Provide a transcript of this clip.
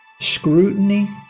scrutiny